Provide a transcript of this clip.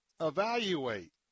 evaluate